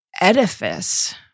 edifice